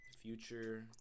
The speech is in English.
Future